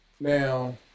now